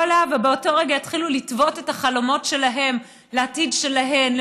עליה ובאותו רגע התחילו לטוות את החלומות שלהן לעתיד שלהן,